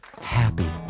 happy